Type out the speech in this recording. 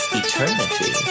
eternity